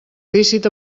lícit